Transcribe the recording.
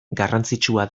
garrantzitsua